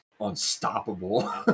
unstoppable